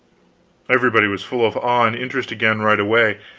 everybody was full of awe and interest again right away,